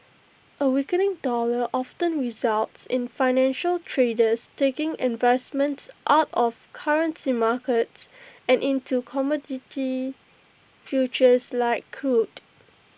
A weakening dollar often results in financial traders taking investments out of currency markets and into commodity futures like crude